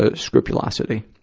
ah scrupulosity,